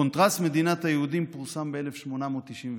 הקונטרס מדינת היהודים פורסם ב-1896.